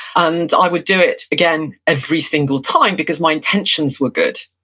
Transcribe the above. and i would do it again every single time, because my intentions were good.